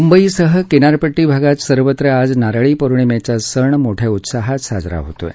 मुंबईसह किनारपट्टी भागात सर्वत्र आज नारळी पौर्णिमेचा सण मोठ्या उत्साहात साजरा होत आहे